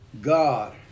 God